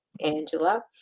Angela